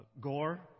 Gore